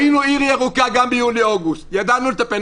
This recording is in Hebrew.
היינו עיר ירוקה גם ביולי-אוגוסט, ידענו לטפל.